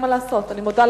זה מה שכתוב בתשובה.